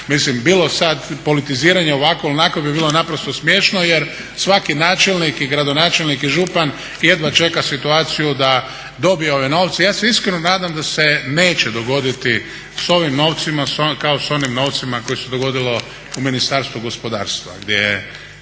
mislim bilo sad politiziranje ovakvo ili onakvo bi bilo naprosto smiješno, jer svaki načelnik i gradonačelnik i župan jedva čeka situaciju da dobije ove novce. Ja se iskreno nadam da se neće dogoditi sa ovim novcima kao sa onim novcima koji se dogodilo u Ministarstvu gospodarstva